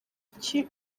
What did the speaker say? iki